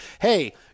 hey –